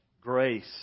grace